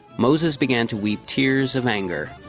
moses began to weep tears of anger.